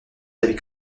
avec